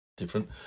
different